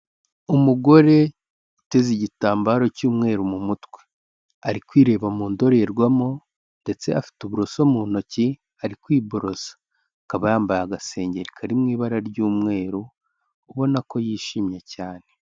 Umugore uteze igitambaro cy'umweru mu mutwe, ari kwireba mu ndorerwamo ndetse afite uburoso mu ntoki ari kwiboroza, akaba yambaye agasengeri kari mu ibara ry'umweru, ubona ko yishimye cyane.